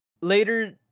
later